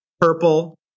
purple